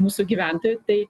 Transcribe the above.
mūsų gyventojų tai